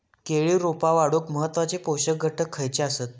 केळी रोपा वाढूक महत्वाचे पोषक घटक खयचे आसत?